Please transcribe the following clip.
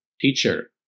Teacher